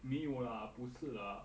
没有啦不是 lah